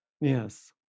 yes